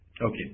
Okay